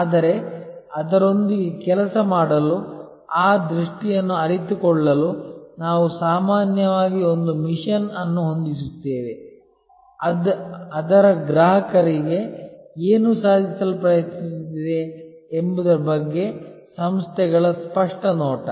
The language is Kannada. ಆದರೆ ಅದರೊಂದಿಗೆ ಕೆಲಸ ಮಾಡಲು ಆ ದೃಷ್ಟಿಯನ್ನು ಅರಿತುಕೊಳ್ಳಲು ನಾವು ಸಾಮಾನ್ಯವಾಗಿ ಒಂದು ಮಿಷನ್ ಅನ್ನು ಹೊಂದಿಸುತ್ತೇವೆ ಅದರ ಗ್ರಾಹಕರಿಗೆ ಏನು ಸಾಧಿಸಲು ಪ್ರಯತ್ನಿಸುತ್ತಿದೆ ಎಂಬುದರ ಬಗ್ಗೆ ಸಂಸ್ಥೆಗಳ ಸ್ಪಷ್ಟ ನೋಟ